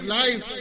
life